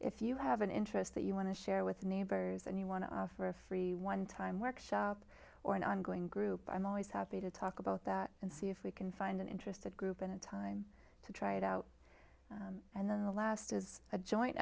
if you have an interest that you want to share with neighbors and you want to offer a free one time workshop or an ongoing group i'm always happy to talk about that and see if we can find an interested group in a time to try it out and then the last is a joint